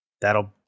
that'll